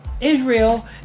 Israel